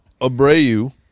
Abreu